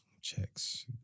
Checks